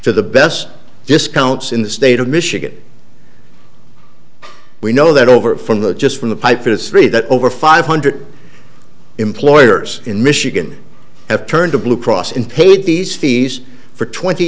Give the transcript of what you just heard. to the best discounts in the state of michigan we know that over from the just from the pipe history that over five hundred employers in michigan have turned to blue cross in paid these fees for twenty